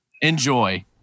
Enjoy